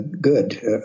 Good